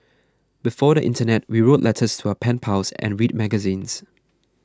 before the internet we wrote letters to our pen pals and read magazines